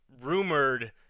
rumored